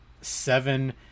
seven